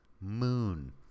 moon